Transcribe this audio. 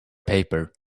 paper